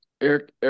Eric